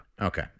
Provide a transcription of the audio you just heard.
Okay